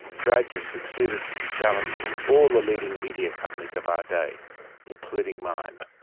drudge has succeeded in challenging all the leading media companies of our day including mine.